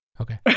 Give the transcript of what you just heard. Okay